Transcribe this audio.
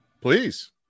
please